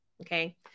Okay